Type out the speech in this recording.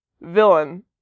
villain